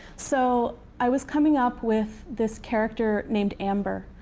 so i was coming up with this character named amber.